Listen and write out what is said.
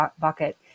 bucket